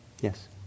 Yes